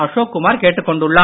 அசோக்குமார் கேட்டுக் கொண்டுள்ளார்